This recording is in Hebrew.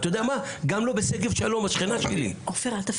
אתה יודע מה, גם לא בשגב שלום השכנה שלי חופשי.